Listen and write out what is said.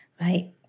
Right